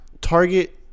Target